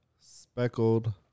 speckled